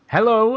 Hello